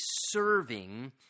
serving